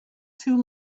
too